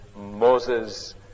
Moses